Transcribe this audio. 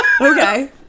okay